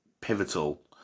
pivotal